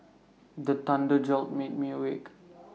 the thunder jolt me awake